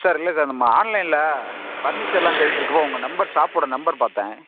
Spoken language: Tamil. சார் இல்லை சார் நம்ம ஆன்லைன்ல ஃபர்னிச்சர்லாம் தேடிகிட்ருக்கும் போது உங்கள் நம்பர் ஷாப்போட நம்பர் பார்த்தேன்